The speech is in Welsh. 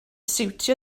siwtio